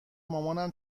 مامانم